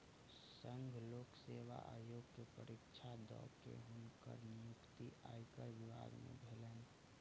संघ लोक सेवा आयोग के परीक्षा दअ के हुनकर नियुक्ति आयकर विभाग में भेलैन